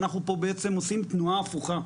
ואנחנו פה בעצם עושים תנועה הפוכה.